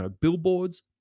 billboards